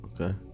Okay